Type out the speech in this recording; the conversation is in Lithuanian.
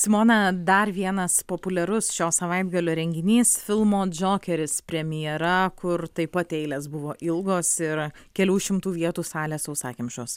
simona dar vienas populiarus šio savaitgalio renginys filmo džokeris premjera kur taip pat eilės buvo ilgos ir kelių šimtų vietų salės sausakimšos